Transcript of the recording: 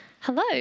Hello